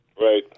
Right